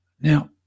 Now